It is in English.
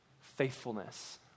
Faithfulness